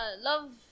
love